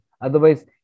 Otherwise